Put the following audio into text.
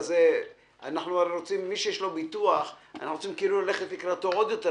מי שיש לו ביטוח אנחנו רוצים ללכת לקראתו עוד יותר,